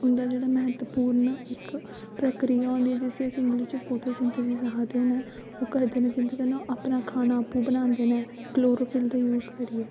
उं'दा जेह्ड़ा म्हत्तवपूर्ण इक प्रक्रिया होंदी जिस्सी अस इंग्लिश च फोटोसिंथसिस आखने न ओह् करदे न जेह्दै कन्नै अपनी खाना अप्पू बनांदे न कलोरोफिल दा यूज करियै